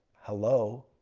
hello.